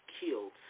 killed